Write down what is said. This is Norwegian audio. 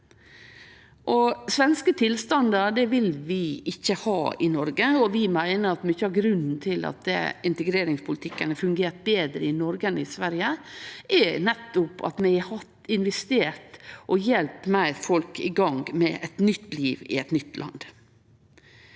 Svenske tilstandar vil vi ikkje ha i Noreg, og vi meiner at mykje av grunnen til at integreringspolitikken har fungert betre i Noreg enn i Sverige, nettopp er at vi har investert og hjelpt folk meir i gang med eit nytt liv i eit nytt land.